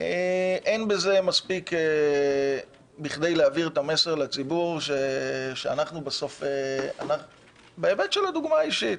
אין בזה מספיק בכדי להעביר את המסר לציבור שאנחנו בסוף דוגמה אישית,